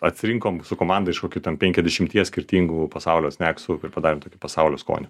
atsirinkom su komanda iš kokių ten penkiasdešimties skirtingų pasaulio sneksų ir padarėm tokį pasaulio skonių